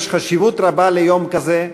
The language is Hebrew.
יש חשיבות רבה ליום כזה,